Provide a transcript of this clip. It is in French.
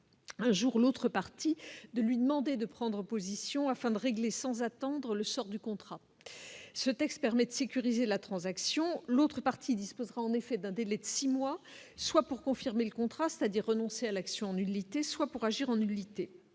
un jour ou l'autre partie de lui demander de prendre position afin de régler, sans attendre le sort du contrat, ce texte permet de sécuriser la transaction, l'autre partie disposera en effet d'un délai de 6 mois, soit pour confirmer le contrat, c'est-à-dire renoncer à l'action en nullité soit pour agir en nullité